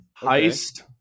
Heist